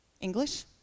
English